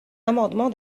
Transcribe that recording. amendement